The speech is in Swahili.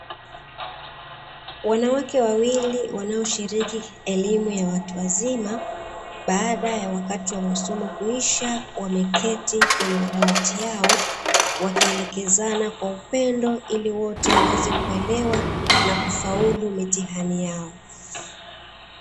Wanawake wawili wanaoshiriki elimu ya watu wazima, baada ya wakati wa masomo kuisha, wameketi kwenye madawati yao, wakielekezana kwa upendo ili wote waweze kuelewa na kufaulu mitihani yao.